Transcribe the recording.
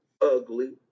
ugly